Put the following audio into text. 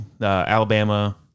Alabama –